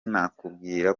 nakubwira